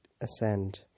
ascend